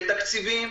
בתקציבים,